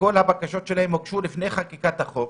ובגינה הממשלה מבקשת להאריך את הצו.